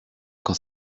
quand